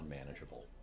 unmanageable